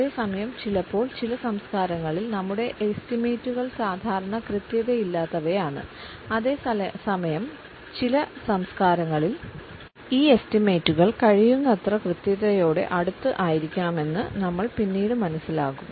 അതേ സമയം ചിലപ്പോൾ ചില സംസ്കാരങ്ങളിൽ നമ്മുടെ എസ്റ്റിമേറ്റുകൾ സാധാരണ കൃത്യതയില്ലാത്തവയാണ് അതേസമയം ചില സംസ്കാരങ്ങളിൽ ഈ എസ്റ്റിമേറ്റുകൾ കഴിയുന്നത്ര കൃത്യതയോട് അടുത്ത് ആയിരിക്കണമെന്ന് നമ്മൾ പിന്നീട് മനസ്സിലാകും